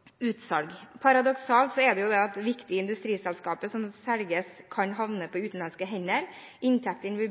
er det jo da at viktige industriselskaper som selges, kan havne på utenlandske hender, og inntektene